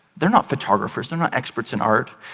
they're not photographers, they're not experts in art.